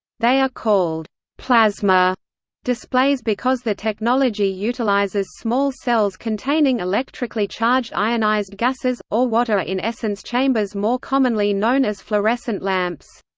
they are called plasma displays because the technology utilizes small cells containing electrically charged ionized gases, or what are in essence chambers more commonly known as fluorescent lamps.